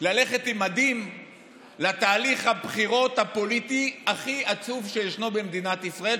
ללכת עם מדים לתהליך הבחירות הפוליטי הכי עצוב שיש במדינת ישראל,